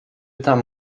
tam